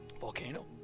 Volcano